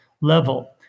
level